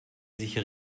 sich